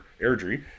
Airdrie